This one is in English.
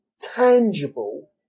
tangible